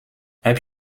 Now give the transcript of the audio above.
heb